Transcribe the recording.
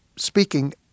speaking